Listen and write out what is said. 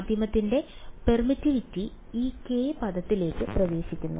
മാധ്യമത്തിന്റെ പെർമിറ്റിവിറ്റി ഈ k പദത്തിലേക്ക് പ്രവേശിക്കുന്നു